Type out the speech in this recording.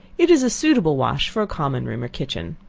it is a suitable wash for a common room or kitchen.